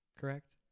Correct